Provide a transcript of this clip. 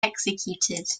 executed